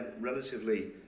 relatively